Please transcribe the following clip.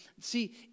See